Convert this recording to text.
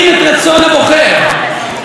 רוב הציבור בישראל איתנו,